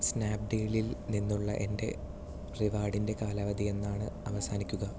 snap ഡീലിൽ നിന്നുള്ള എൻ്റെ റിവാർഡിൻ്റെ കാലാവധി എന്നാണ് അവസാനിക്കുക